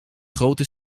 grote